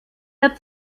der